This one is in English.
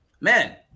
Man